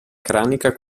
cranica